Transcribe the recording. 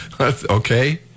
Okay